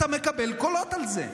אתה מקבל קולות על זה.